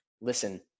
listen